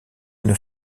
une